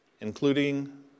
including